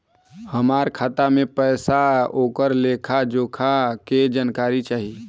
हमार खाता में पैसा ओकर लेखा जोखा के जानकारी चाही?